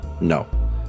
No